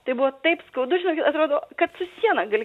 tai buvo taip skaudu žinokit atrodo kad su siena gali